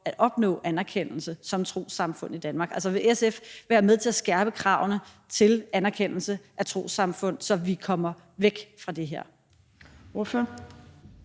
at opnå anerkendelse som trossamfund i Danmark? Altså, vil SF være med til at skærpe kravene til anerkendelse af trossamfund, så vi kommer væk fra det her?